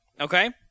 Okay